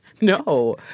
No